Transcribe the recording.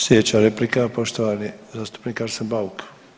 Slijedeća replika poštovani zastupnik Arsen Bauk.